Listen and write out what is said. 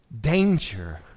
danger